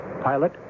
pilot